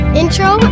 intro